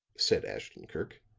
said ashton-kirk.